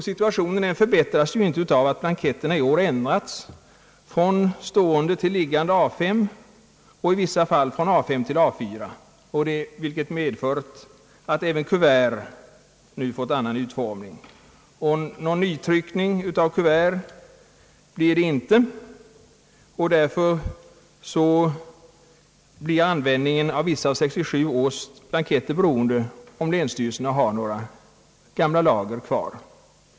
Situationen förbättras inte av att blanketterna i år ändrats från stående till liggande A 5 och i vissa fall från A 5 till A 4, vilket medfört att även kuvert nu fått annan utformning. Någon nytryckning av äldre kuvert blir det inte, och därför blir användningen av vissa av 1967 års blanketter beroende av om länsstyrelserna har några gamla kuvert kvar.